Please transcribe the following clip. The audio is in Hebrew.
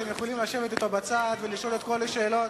אתם יכולים לשבת אתו בצד ולשאול את כל השאלות.